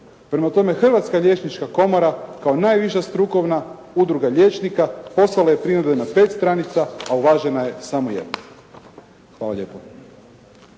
Prema tome Hrvatska liječnička komora kao najviša strukovna udruga liječnika poslala je primjedbe na pet stranica, a uvažena je samo jedna. Hvala lijepo.